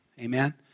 Amen